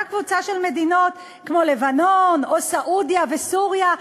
קבוצה של מדינות כמו לבנון או סעודיה וסוריה,